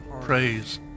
praise